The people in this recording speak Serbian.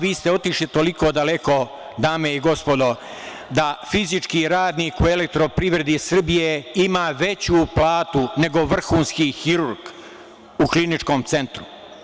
Vi ste otišli toliko daleko, dame i gospodo, da fizički radnik u "Elektroprivredi Srbije" ima veću platu nego vrhunski hirurg u kliničkom centru.